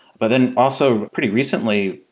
but then also pretty recently,